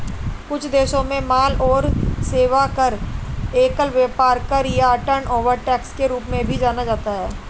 कुछ देशों में माल और सेवा कर, एकल व्यापार कर या टर्नओवर टैक्स के रूप में भी जाना जाता है